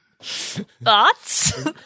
Thoughts